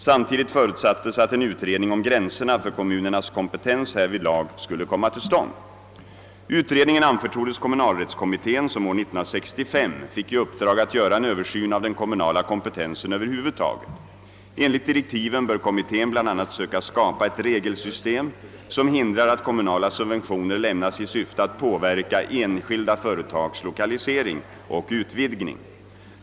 Samtidigt förutsattes att en utredning om gränserna för kommunernas kompetens härvidlag skulle komma till stånd. Utredningen anförtroddes kommunalrättskommittén, som år 1965 fick i uppdrag att göra en översyn av den kom munala kompetensen över huvud taget. Enligt direktiven bör kommittén bl.a. söka skapa ett regelsystem som hindrar att kommunala subventioner lämnas i syfte att påverka enskilda företags 1okalisering och utvidgning.